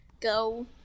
go